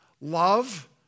love